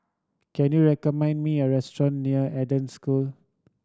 can you recommend me a restaurant near Eden School